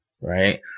right